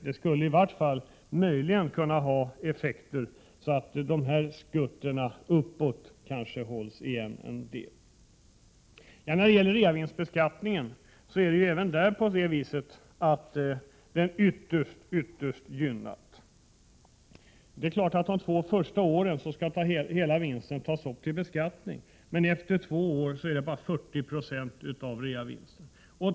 Det skulle i vart fall möjligen kunna ha sådana effekter att skutten uppåt hålls igen en del. Även reavinstbeskattningen är ytterst gynnsam. Visserligen skall de första två åren hela vinsten tas upp till beskattning, men sedan bara 40 96.